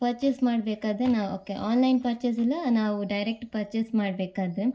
purchase ಮಾಡಬೇಕಾದ್ರೆ ನಾವು okay online purchase ಇಲ್ಲ ನಾವು ಡೈರೆಕ್ಟ್ ಪರ್ಚೇಸ್ ಮಾಡಬೇಕಾದ್ರೆ